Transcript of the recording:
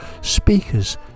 Speakers